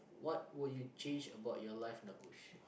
what would you change about your life now oh shit